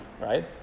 right